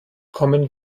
kommen